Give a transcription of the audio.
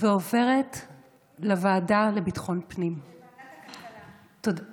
הלאומית לביטחון קהילתי (תיקון מס' 2),